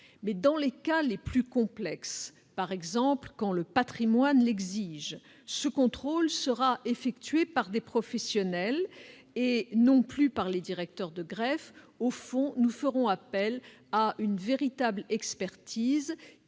Mais, dans les cas les plus complexes- par exemple, quand le patrimoine l'exige -, ce contrôle sera effectué par des professionnels, et non plus par les directeurs de greffe. Au fond, nous ferons appel à une véritable expertise